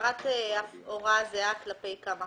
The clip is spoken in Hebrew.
79.הפרת הוראה זהה כלפי כמה